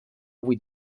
vuit